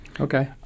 Okay